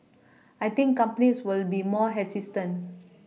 I think companies will be more hesitant